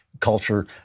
Culture